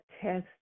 test